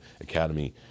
academy